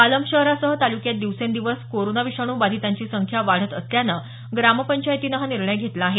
पालम शहरासह तालुक्यात दिवसेंदिवस कोरोना विषाणू बाधितांची संख्या वाढत असल्यानं ग्रामपंचायतीनं हा निर्णय घेतला आहे